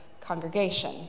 congregation